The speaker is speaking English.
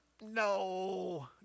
no